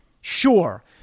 Sure